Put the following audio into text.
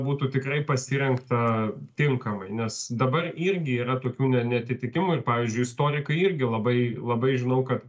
būtų tikrai pasirengta tinkamai nes dabar irgi yra tokių ne neatitikimų ir pavyzdžiui istorikai irgi labai labai žinau kad